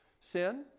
sin